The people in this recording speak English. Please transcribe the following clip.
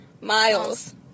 miles